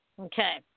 Okay